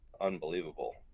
unbelievable